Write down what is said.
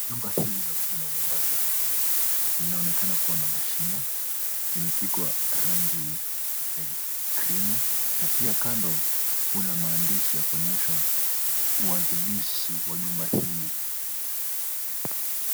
Jumba hili la ukuu la mombasa linaonekana kuwa na mashimo, limepigwa rangi ya krimu na pia kando kuna maandishi ya kuonyesha uanzilishi wa jumba hili.